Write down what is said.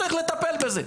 צריך לטפל בזה.